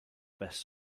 best